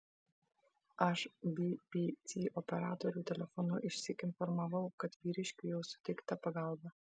aš bpc operatorių telefonu išsyk informavau kad vyriškiui jau suteikta pagalba